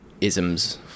isms